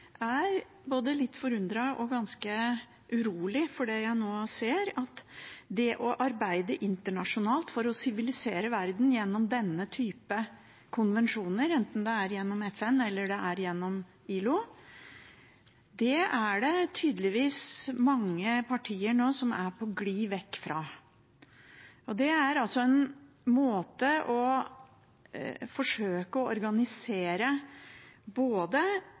ser at det å arbeide internasjonalt for å sivilisere verden gjennom denne typen konvensjoner, enten det er gjennom FN eller gjennom ILO, er det tydeligvis mange partier som nå er på gli vekk fra. Det er en måte å forsøke å organisere